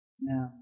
now